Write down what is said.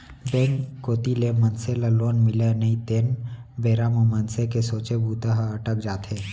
bank कोती ले मनसे ल लोन मिलय नई तेन बेरा म मनसे के सोचे बूता ह अटक जाथे